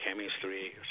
chemistry